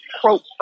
quote